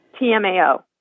TMAO